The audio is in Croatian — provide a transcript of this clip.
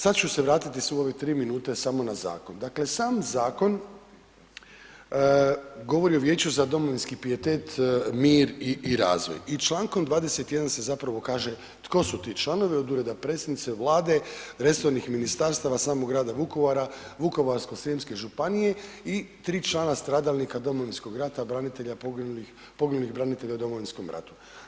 Sad ću se vratiti sve ove 3 minute samo na zakon, dakle sam zakon govori o Vijeću za domovinski pijetet, mir i razvoj i čl. 21. se zapravo kaže tko su ti članovi od ureda predsjednice, Vlade, resornih ministarstava, samog grada Vukovara, Vukovarsko-srijemske županije i 3 člana stradalnika domovinskog rata, branitelja, poginulih, poginulih branitelja u domovinskom ratu.